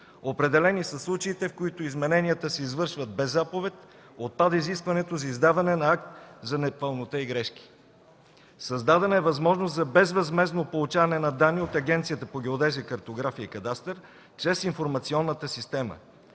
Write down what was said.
Определени са случаите, в които измененията се извършват без заповед, отпада изискването за издаване на акт за непълнота и грешки. Създадена е възможност за безвъзмездно получаване на данни от Агенцията по геодезия картография и кадастър чрез информационната система.